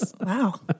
Wow